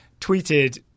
tweeted